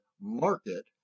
market